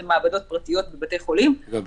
אלה מעבדות פרטיות בבתי חולים --- אגב,